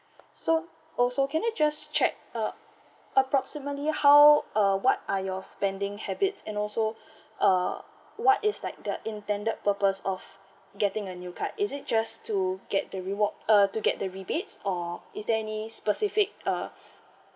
so also can I just check uh approximately how uh what are your spending habits and also uh what is like the intended purpose of getting a new card is it just to get the reward uh to get the rebates or is there any specific uh